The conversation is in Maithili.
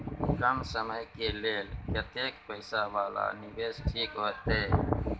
कम समय के लेल कतेक पैसा वाला निवेश ठीक होते?